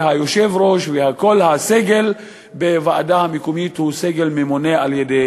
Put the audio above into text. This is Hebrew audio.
שהיושב-ראש וכל הסגל בוועדה המקומית הוא סגל ממונה על-ידי